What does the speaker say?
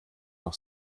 noch